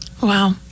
Wow